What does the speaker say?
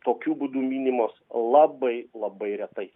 tokiu būdu minimos labai labai retai